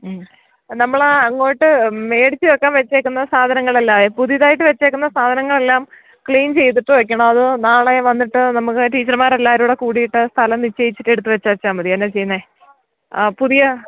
മ്മ് നമ്മൾ അങ്ങോട്ട് മേടിച്ച് വെക്കാൻ വെച്ചേക്കുന്ന സാധനങ്ങളല്ല പുതിയതായിട്ട് വെച്ചേക്കുന്ന സാധനങ്ങളെല്ലാം ക്ലീൻ ചെയ്തിട്ട് വെക്കണോ അതോ നാളെ വന്നിട്ട് നമുക്ക് ടീച്ചർമാർ എല്ലാവരും കൂടിയിട്ട് സ്ഥലം നിശ്ചയിച്ചിട്ട് എടുത്ത് വെച്ചാൽ മതിയോ എന്താണ് ചെയ്യുന്നത് ആ പുതിയ